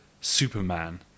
Superman